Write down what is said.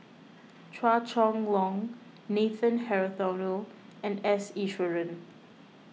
Chua Chong Long Nathan Hartono and S Iswaran